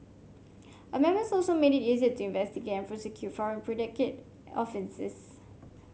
amendments also made it easier to investigate and prosecute foreign predicate offences